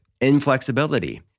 inflexibility